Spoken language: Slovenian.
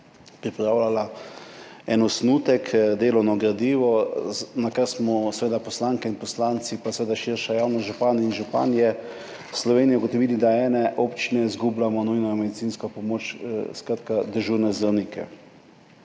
pripravljala en osnutek, delovno gradivo, na kar smo seveda poslanke in poslanci, pa seveda širša javnost, župani in županje Slovenije, ugotovili, da ene občine izgubljamo nujno medicinsko pomoč, skratka dežurne zdravnike.